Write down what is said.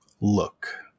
look